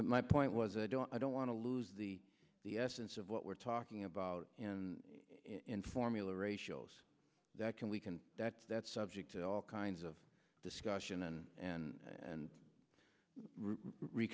but my point was i don't i don't want to lose the the essence of what we're talking about and in formula ratios that can we can that's that's subject to all kinds of discussion and and and